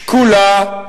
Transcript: שקולה,